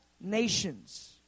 nations